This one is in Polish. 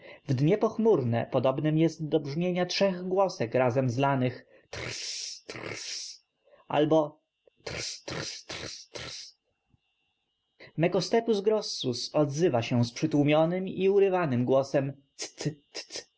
w dnie pochmurne podobnym jest do brzmienia trzech głosek razem zlanych ttttrrrrssss albo trstrstrstrstrstrstrstrstrstrstrstrs mecostethus grossus odzywa się przytłumionym i urywanym głosem